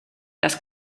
das